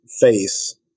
face